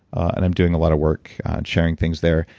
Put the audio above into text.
and i'm doing a lot of work sharing things there.